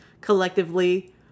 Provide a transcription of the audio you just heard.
collectively